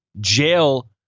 Jail